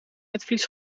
netvlies